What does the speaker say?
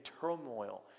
turmoil